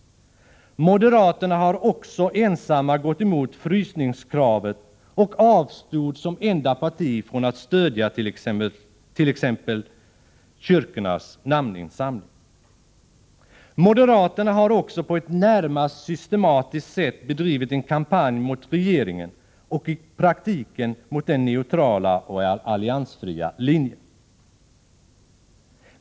Moderaterna har också ensamma gått emot frysningskravet och avstodt.ex. som enda parti från att stödja kyrkornas namninsamling. Moderaterna har också på ett närmast systematiskt sätt bedrivit en kampanj mot regeringen och i praktiken mot den neutrala och alliansfria linjen.